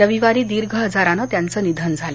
रविवारी दीर्घ आजारानं त्यांचं निधन झालं